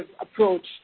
approach